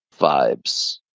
vibes